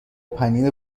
پنیر